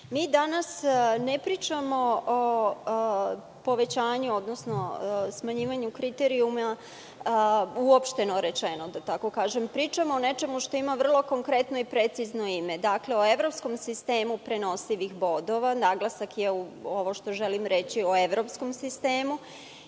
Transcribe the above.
danas ne pričamo o povećanju odnosno smanjivanju kriterijuma uopšteno rečeno. Pričamo o nečemu što ima vrlo konkretno i precizno ime, o evropskom sistemu prenosivih bodova. Naglasak je u ovome što želim reći – u evropskom sistemu